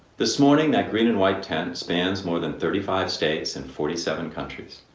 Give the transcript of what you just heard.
this morning, that green and white tent spans more than thirty five states in forty seven countries.